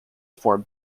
form